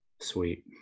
Sweet